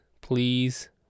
please